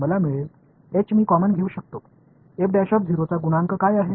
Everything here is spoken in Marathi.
मला मिळेल h मी कॉमन घेऊ शकतो चा गुणांक काय आहे